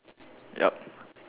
yup